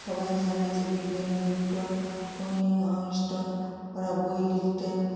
সবাই জানে যে বিজ্ঞানী নিউটন ও নীল আর্মস্ট্রং ওরা বই লিখতেন